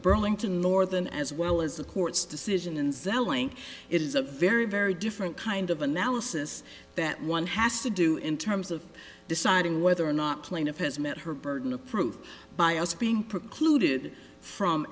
burlington northern as well as the court's decision in selling it is a very very different kind of analysis that one has to do in terms of deciding whether or not plaintiff has met her burden of proof by us being